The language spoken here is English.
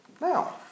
Now